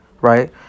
right